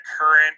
current